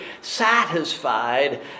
satisfied